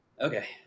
Okay